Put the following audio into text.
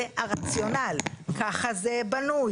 זה הרציונל, כך זה בנוי.